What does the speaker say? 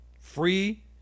free